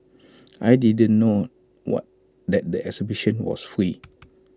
I didn't know what that the exhibition was free